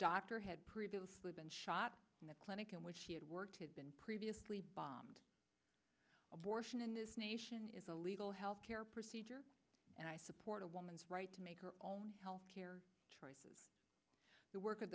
doctor had previously been shot in the clinic in which work has been previously bombed abortion in this nation is a legal health care procedure and i support a woman's right to make her own health care choices the work